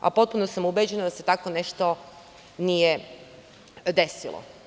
Potpuno sam ubeđena da se tako nešto nije desilo.